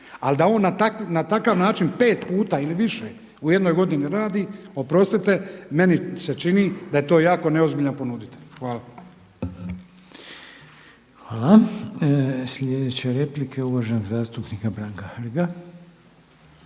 ali da on na takav način pet puta ili više u jednoj godini radi oprostite meni se čini da je to jako neozbiljan ponuditelj. Hvala. **Reiner, Željko (HDZ)** Hvala. Sljedeća replika je uvaženog zastupnika Branka Hrga.